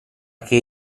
che